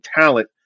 talent